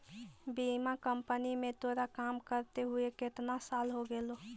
बीमा कंपनी में तोरा काम करते हुए केतना साल हो गेलो